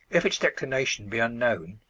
if its declination be unknown,